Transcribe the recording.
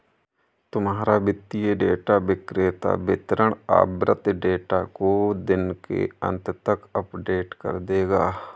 तुम्हारा वित्तीय डेटा विक्रेता वितरण आवृति डेटा को दिन के अंत तक अपडेट कर देगा